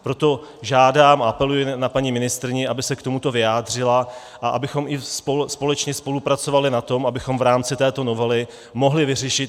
Proto žádám a apeluji na paní ministryni, aby se k tomuto vyjádřila a abychom i společně spolupracovali na tom, abychom v rámci této novely mohli vyřešit i rok 2020.